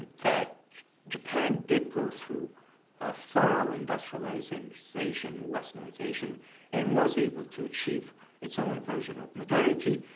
that japan did go through a thorough industrialization, westernization and was able to achieve its own version of modernity,